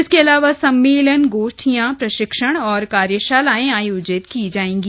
इसके अलावा सम्मेलन गोष्ठियां प्रशिक्षण और कार्यशालाएं आयोजित की जायेंगी